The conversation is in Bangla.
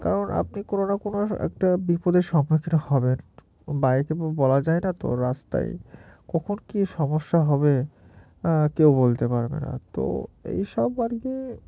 কারণ আপনি কোনো না কোনো একটা বিপদের সম্মুখীন হবেন বাইরে বলা যায় না তো রাস্তায় কখন কি সমস্যা হবে আহ কেউ বলতে পারবে না তো এইসব আর কি